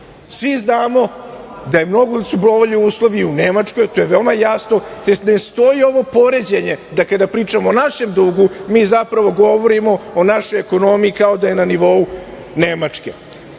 Svi znamo da su mnogo bolji uslovi u Nemačkoj, to je veoma jasno, te ne stoji ovo poređenje, da kada pričamo o našem dugu, mi zapravo govorimo o našoj ekonomiji kao da je na nivou Nemačke. Dodatno